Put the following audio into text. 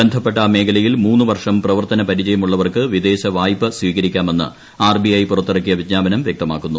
ബന്ധപ്പെട്ട മേഖലയിൽ മൂന്ന് വർഷം പ്രവർത്തന പരിചയമുള്ളവർക്ക് വിദേശ വായ്പ സ്വീകരിക്കാമെന്ന് ആർബിഐ പുറത്തിറക്കിയ വിജ്ഞാപനം വൃക്തമാക്കുന്നു